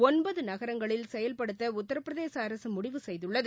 ஒன்பது நகரங்களில் செயல்படுத்த உத்தரபிரதேச அரசு முடிவு செய்துள்ளது